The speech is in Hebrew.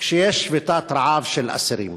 כשיש שביתת רעב של אסירים,